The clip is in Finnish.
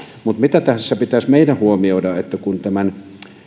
mutta mitä tässä pitäisi meidän huomioida on se että kun tämän